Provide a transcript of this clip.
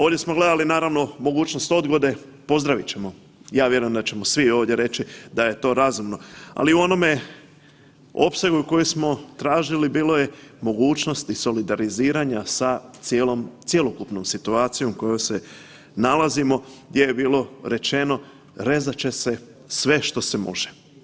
Ovdje smo gledali naravno mogućnost odgode, pozdravit ćemo, ja vjerujem da ćemo svi ovdje reći da je to razumno, ali u onome opsegu u kojem smo tražili bilo je mogućnosti solidariziranja sa cijelom, cjelokupnom situacijom u kojoj se nalazimo, gdje je bilo rečeno rezat će se sve što se može.